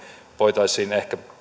voitaisiin ehkä